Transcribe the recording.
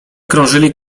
krążyli